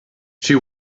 she